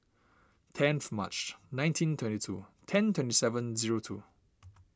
tenth March nineteen twenty two ten twenty seven zero two